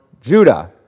Judah